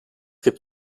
gibt